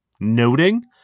noting